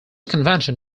convention